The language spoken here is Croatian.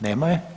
Nema je?